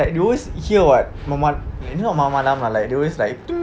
like you always hear [what] malam-malam you know malam-malam like they always like